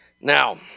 Now